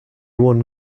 won